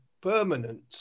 permanent